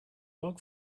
log